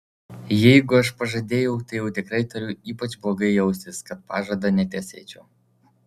jeigu aš pažadėjau tai jau tikrai turiu ypač blogai jaustis kad pažado netesėčiau